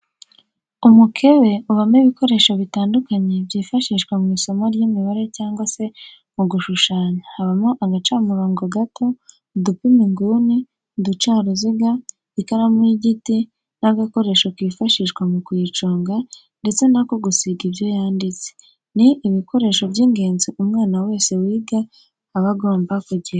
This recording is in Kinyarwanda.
Umukebe ubamo ibikoresho bitandukanye byifashishwa mu isomo ry'imibare cyangwa se mu gushushanya habamo agacamurongo gato, udupima inguni, uducaruziga, ikaramu y'igiti n'agakoresho kifashishwa mu kuyiconga ndetse n'ako gusiba ibyo yanditse, ni ibikoresho by'ingenzi umwana wese wiga aba agomba kugira.